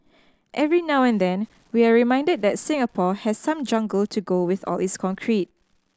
every now and then we're reminded that Singapore has some jungle to go with all its concrete